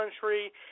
country